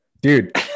Dude